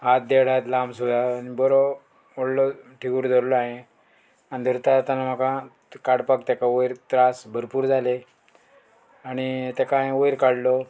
हात देड हात लांब सुद्दां आनी बरो व्हडलो थिकूर धरलो हांये आनी धरता तेतना म्हाका काडपाक तेका वयर त्रास भरपूर जाले आणी तेका हांयेन वयर काडलो